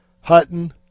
Hutton